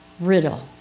riddle